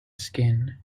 skin